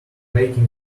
making